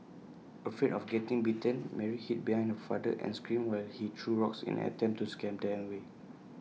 afraid of getting bitten Mary hid behind her father and screamed while he threw rocks in an attempt to scare them away